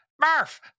Murph